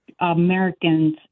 Americans